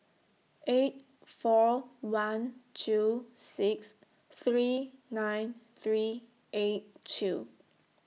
eight four one two six three nine three eight two